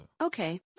okay